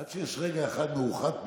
עד שיש רגע אחד מאוחד פה,